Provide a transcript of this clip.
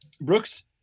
brooks